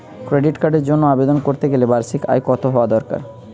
Credit কার্ডের জন্য আবেদন করতে গেলে বার্ষিক আয় কত হওয়া দরকার?